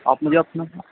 آپ مجھے اپنا